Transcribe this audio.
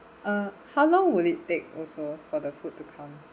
uh how long will it take also for the food to come